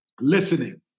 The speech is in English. listening